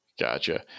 Gotcha